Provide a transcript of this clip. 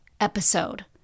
episode